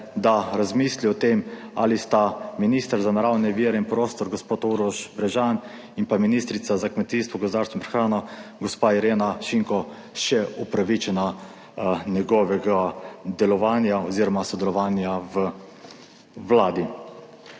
da razmisli o tem, ali sta minister za naravne vire in prostor, gospod Uroš Bežan in pa ministrica za kmetijstvo, gozdarstvo in prehrano, gospa Irena Šinko še upravičena njegovega delovanja oziroma sodelovanja v Vladi.